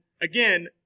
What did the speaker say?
again